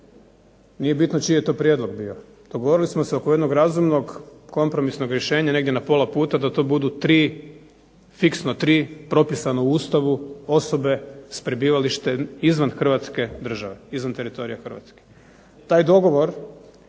Nije bitno čiji je to prijedlog bio, dogovorili smo se oko kompromisnog rješenja na negdje pola puta da to budu fiksno tri propisano u Ustavu osobe s prebivalištem izvan Hrvatske države, izvan teritorija Hrvatske. Taj dogovor